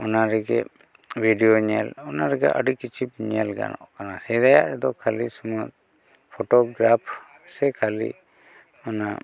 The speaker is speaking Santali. ᱚᱱᱟ ᱨᱮᱜᱮ ᱵᱷᱤᱰᱭᱳ ᱧᱮᱞ ᱚᱱᱟ ᱨᱮᱜᱮ ᱟᱹᱰᱤ ᱠᱤᱪᱷᱩ ᱧᱮᱞ ᱜᱟᱱᱚᱜ ᱠᱟᱱᱟ ᱥᱮᱫᱟᱭᱟᱜ ᱨᱮᱫᱚ ᱠᱷᱟᱹᱞᱤ ᱥᱩᱢᱩᱝ ᱯᱷᱳᱴᱳᱜᱨᱟᱯᱷ ᱥᱮ ᱠᱷᱟᱹᱞᱤ ᱚᱱᱟ